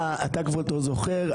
אתה, כבודו, זוכר.